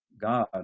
god